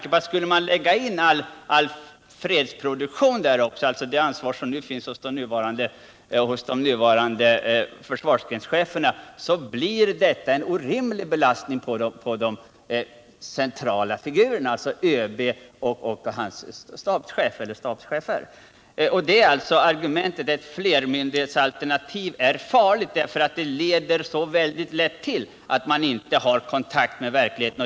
Men om man skulle lägga in allt det ansvar som nu finns hos de nuvarande försvarsgrenscheferna, så blir detta en orimlig belastning på de centrala figurerna — ÖB och hans stabschefer. Detta är alltså argumentet: ett enmyndighetsalternativ är farligt därför att det lätt leder till att man inte får kontakt med verkligheten.